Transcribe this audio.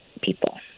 people